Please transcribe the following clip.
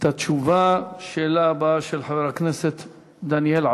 השאלה הבאה, של חבר הכנסת דניאל עטר.